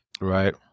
right